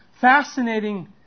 fascinating